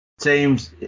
teams